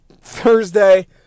Thursday